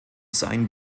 seien